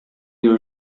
your